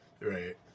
Right